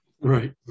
Right